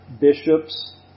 bishops